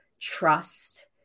trust